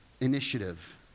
initiative